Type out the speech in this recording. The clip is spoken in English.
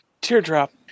Teardrop